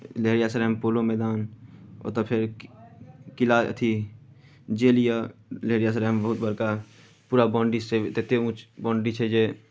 लहेरिया सरायमे पोलो मैदान ओतय फेर कि किला अथि जेल यए लहेरिया सरायमे बहुत बड़का पूरा बाउंडरी से ततेक ऊँच बाउंडरी छै जे